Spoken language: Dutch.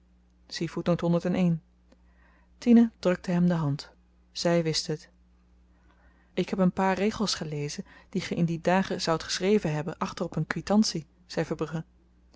tine drukte hem de hand zy wist het ik heb een paar regels gelezen die ge in die dagen zoudt geschreven hebben achter op een kwitantie zei